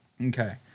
Okay